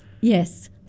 Yes